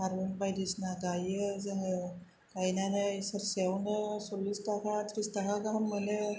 थारुन बायदिसिना गाइयो जोङो गायनानै सेरसेआवनो सरलिस थाखा थ्रिस थाखा गाहाम मोनो